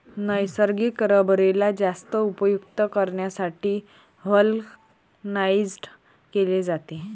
नैसर्गिक रबरेला जास्त उपयुक्त करण्यासाठी व्हल्कनाइज्ड केले जाते